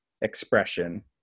expression